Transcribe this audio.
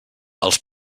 els